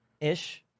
ish